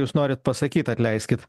jūs norit pasakyt atleiskit